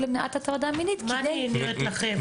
למניעת הטרדה מינית כדי --- מה אני נראית לכם,